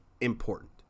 important